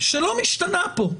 שלא משתנה פה,